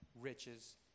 riches